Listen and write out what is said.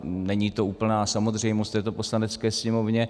Není to úplná samozřejmost v této Poslanecké sněmovně.